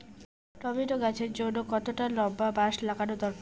Tomato গাছের জন্যে কতটা লম্বা বাস লাগানো দরকার?